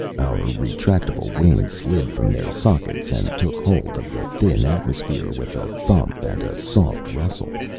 our retractable wings slid from their sockets and took hold of the thin atmosphere with a thump and a soft rustle.